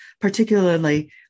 particularly